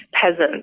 peasants